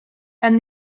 and